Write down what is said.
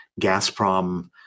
Gazprom